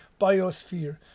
biosphere